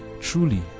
Truly